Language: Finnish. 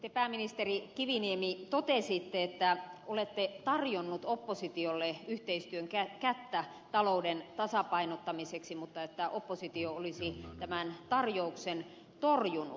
te pääministeri kiviniemi totesitte että olette tarjonnut oppositiolle yhteistyön kättä talouden tasapainottamiseksi mutta että oppositio olisi tämän tarjouksen torjunut